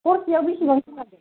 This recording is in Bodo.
हरसेयाव बिसिबांसो लायो